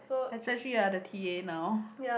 especially you are the t_a now